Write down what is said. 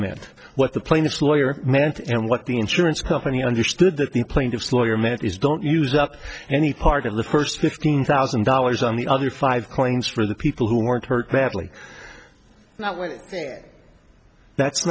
meant what the plaintiff's lawyer meant and what the insurance company understood that the plaintiff's lawyer meant is don't use up any part of the first fifteen thousand dollars on the other five claims for the people who weren't hurt badly that way that's